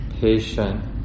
patient